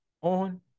on